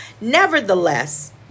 nevertheless